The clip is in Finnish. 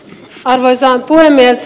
arvoisa puhemies